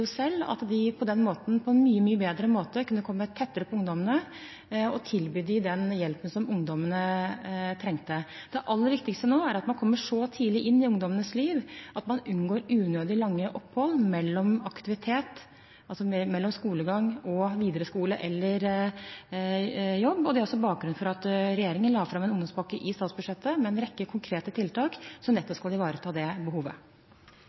selv at de dermed på en mye, mye bedre måte kunne komme tettere på ungdommene og tilby dem den hjelpen som ungdommene trengte. Det aller viktigste nå er at man kommer så tidlig inn i ungdommenes liv at man unngår unødig lange opphold mellom skolegang og videre skole eller jobb. Det er også bakgrunnen for at regjeringen la fram en ungdomspakke i statsbudsjettet med en rekke konkrete tiltak som nettopp skal ivareta det behovet.